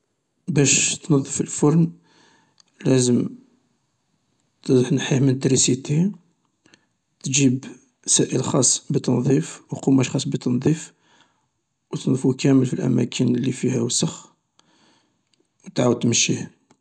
باش تنظف الفرن لازم تنحيه من التريسيتي، تجيب سائل خاصةبالتنظيف، و قماش خاص بالتنظيف و تنظفو كامل في الأماكن اللي فيها وسخ وتعاود تمشيه.